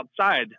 outside